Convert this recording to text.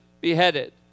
beheaded